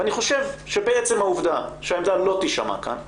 אני חושב שבעצם העובדה שהעמדה לא תישמע כאן,